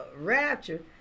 rapture